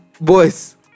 Boys